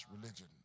religion